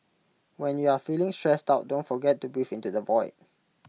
when you are feeling stressed out don't forget to breathe into the void